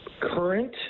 current